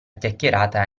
chiacchierata